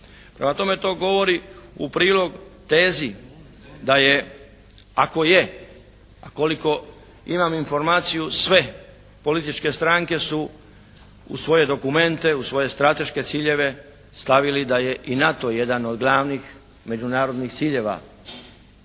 Prema tome to govori u prilog tezi da je ako je, a koliko imam informaciju sve političke stranke su u svoje dokumente u svoje strateške ciljeve stavili da je i NATO jedan od glavnih međunarodnih ciljeva